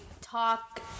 talk